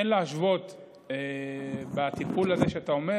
אין להשוות את הטיפול הזה שאתה אומר,